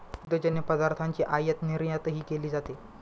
दुग्धजन्य पदार्थांची आयातनिर्यातही केली जाते